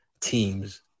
teams